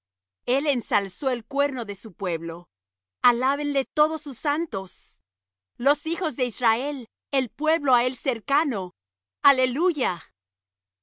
el ensalzó el cuerno de su pueblo aláben le todos sus santos los hijos de israel el pueblo á él cercano aleluya